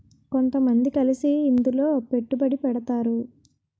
కొంతమంది కలిసి ఇందులో పెట్టుబడి పెడతారు